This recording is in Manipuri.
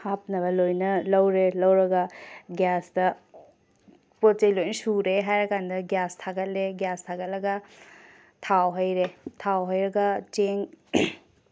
ꯍꯥꯞꯅꯕ ꯂꯣꯏꯅ ꯂꯧꯔꯦ ꯂꯧꯔꯒ ꯒꯤꯌꯥꯁꯇ ꯄꯣꯠ ꯆꯩ ꯂꯣꯏꯅ ꯁꯨꯔꯦ ꯍꯥꯏꯔ ꯀꯥꯟꯗ ꯒꯤꯌꯥꯁ ꯊꯥꯒꯠꯂꯦ ꯒꯤꯌꯥꯁ ꯊꯥꯒꯠꯂꯒ ꯊꯥꯎ ꯍꯩꯔꯦ ꯊꯥꯎ ꯍꯩꯔꯒ ꯆꯦꯡ